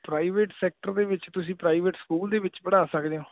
private sector ਦੇ ਵਿੱਚ ਤੁਸੀਂ ਪ੍ਰਾਈਵੇਟ ਸਕੂਲ ਦੇ ਵਿੱਚ ਪੜ੍ਹਾ ਸਕਦੇ ਹੋ